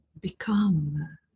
become